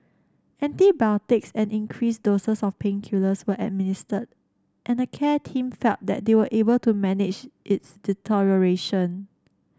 antibiotics and increased doses of painkillers were administered and the care team felt that they were able to manage its deterioration